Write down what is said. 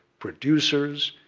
producers,